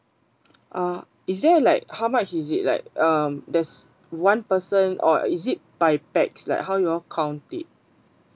uh is there like how much is it like um there's one person or is it by pax like how you all count it